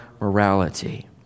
morality